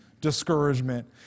discouragement